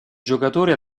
giocatore